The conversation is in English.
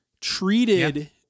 treated